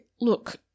look